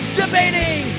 debating